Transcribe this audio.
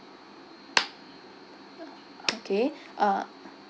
okay uh